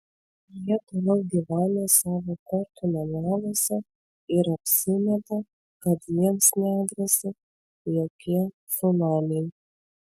jie toliau gyvena savo kortų nameliuose ir apsimeta kad jiems negresia jokie cunamiai